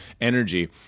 energy